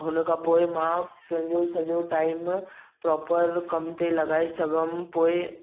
हुन खां पोइ मां पंहिंजो सॼो टाइम प्रोपर कमु ते लॻाए सघयमि पोइ